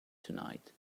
tonight